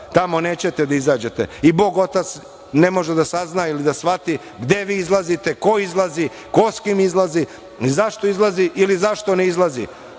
tamo nećete da izađete. Ni Bog otac ne može da shvati gde vi izlazite, ko izlazi, ko sa kim izlazi, zašto izlazi ili zašto ne izlazi.